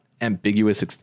ambiguous